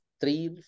three